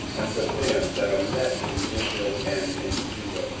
and for them that are left in israel and in judah,